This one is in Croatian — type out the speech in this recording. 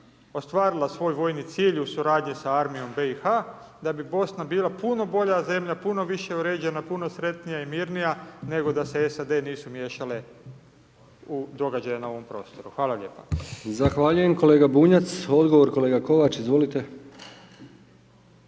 ostvarila svoj vojni cilj u suradnji sa armijom BiH-a, da bi Bosna bila puno bolja zemlja, puno više uređena, puno sretnija i mirnija nego da se SAD nisu miješale u događaje na ovom prostoru. Hvala lijepa. **Brkić, Milijan (HDZ)** Zahvaljujem kolega Bunjac, odgovor kolega Kovač, izvolite.